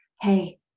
hey